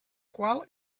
qual